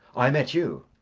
i met you.